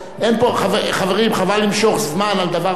חברים, חבל למשוך זמן על דבר שהוא,